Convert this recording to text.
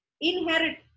Inherit